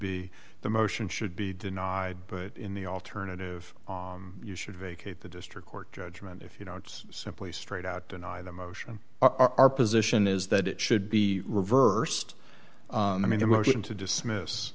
be the motion should be denied but in the alternative you should vacate the district court judgment if you know it's simply straight out deny the motion our position is that it should be reversed i mean your motion to dismiss